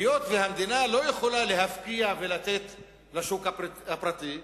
היות שהמדינה לא יכולה להפקיע ולתת לשוק הפרטי,